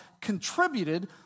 contributed